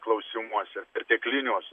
klausimuose pertekliniuose